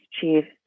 chiefs